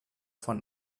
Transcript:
von